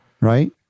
right